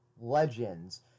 legends